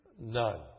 none